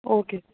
okay